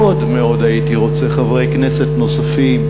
מאוד מאוד הייתי רוצה לראות חברי כנסת נוספים,